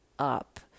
up